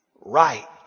right